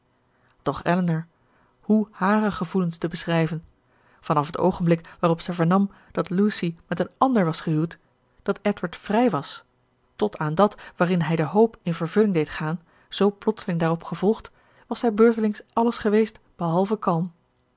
doch elinor hoe hare gevoelens te beschrijven van af het oogenblik waarop zij vernam dat lucy met een ander was gehuwd dat edward vrij was tot aan dat waarin hij de hoop in vervulling deed gaan zoo plotseling daarop gevolgd was zij beurtelings alles geweest behalve kalm